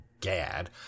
Gad